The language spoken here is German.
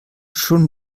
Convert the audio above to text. schon